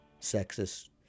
sexist